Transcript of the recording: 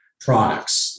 products